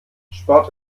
sport